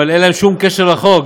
אבל אין להם שום קשר לחוק,